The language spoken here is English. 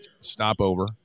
stopover